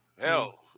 Hell